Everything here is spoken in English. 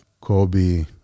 Kobe